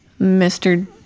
Mr